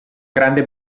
grande